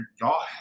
y'all